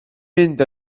mynd